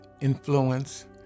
influence